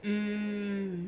hmm